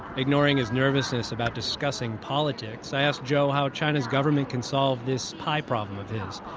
ignoring his nervousness about discussing politics, i ask zhou how china's government can solve this pie problem of his.